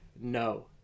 no